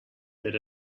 that